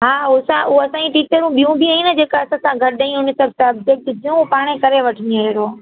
हा हो असां हो असांजी टीचर ॿियूं बि आहिनि न जेका असां सां गॾु आहिनि हुन सां सबजैक्ट जो पाण करे वठंदी अहिड़ो